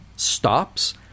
stops